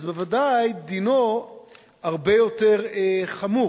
אז בוודאי דינו הרבה יותר חמור.